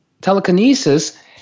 telekinesis